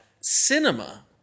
cinema